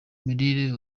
mirire